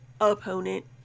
opponent